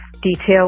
detail